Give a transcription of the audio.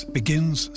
begins